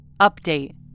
Update